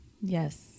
Yes